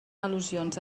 al·lusions